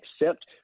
accept